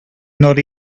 not